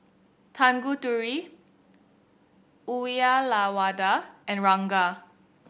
Tanguturi Uyyalawada and Ranga